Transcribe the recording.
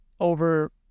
over